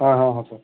ಹಾಂ ಹಾಂ ಹಾಂ ಸರ್